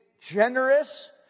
generous